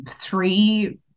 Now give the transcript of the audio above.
three